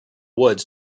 woods